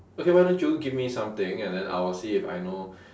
okay why don't you give me something and then I will see if I know